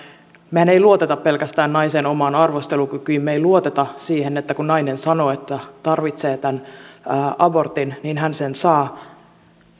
mehän emme luota pelkästään naisen omaan arvostelukykyyn me emme luota siihen niin että kun nainen sanoo että tarvitsee tämän abortin niin hän sen saa